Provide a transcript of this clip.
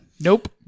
Nope